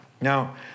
Now